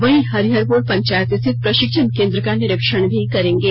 वहीं हरिहरपुर पंचायत स्थित प्रशिक्षण केंद्र का निरीक्षण भी करेंगे